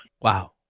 Wow